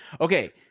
Okay